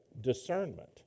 discernment